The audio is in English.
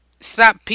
Stop